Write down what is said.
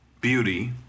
Beauty